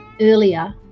earlier